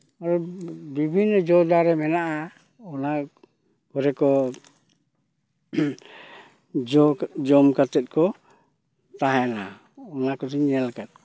ᱟᱨ ᱵᱤᱵᱷᱤᱱᱱᱚ ᱡᱚ ᱫᱟᱨᱮ ᱢᱮᱱᱟᱜᱼᱟ ᱚᱱᱟ ᱠᱚᱨᱮᱠᱚ ᱡᱚ ᱡᱚᱢ ᱠᱟᱛᱮᱫ ᱠᱚ ᱛᱟᱦᱮᱱᱟ ᱚᱱᱟ ᱠᱚᱫᱩᱧ ᱧᱮᱞ ᱟᱠᱟᱫ ᱠᱚᱣᱟ